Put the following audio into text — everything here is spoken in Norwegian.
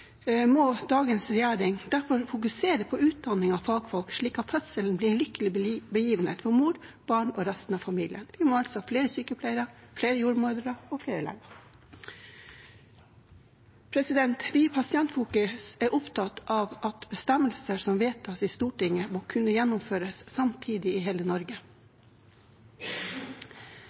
må dagens regjering derfor fokusere på utdanning av fagfolk, slik at fødselen blir en lykkelig begivenhet for mor, barn og resten av familien. Vi må altså ha flere sykepleiere, flere jordmødre og flere leger. Vi i Pasientfokus er opptatt av at bestemmelser som vedtas i Stortinget, må kunne gjennomføres samtidig i hele Norge.